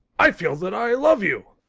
i feel that i love you!